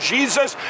Jesus